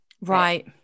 right